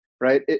right